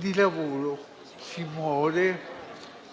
di lavoro si muore